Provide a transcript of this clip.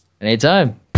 Anytime